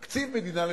תקציב מדינה לשנתיים.